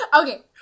Okay